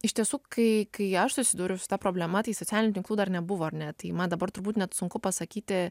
iš tiesų kai kai aš susidūriau su ta problema tai socialinių tinklų dar nebuvo ar ne tai man dabar turbūt net sunku pasakyti